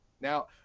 Now